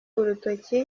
urutoki